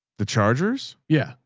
the chargers. yeah.